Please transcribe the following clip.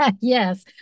Yes